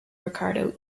ricardo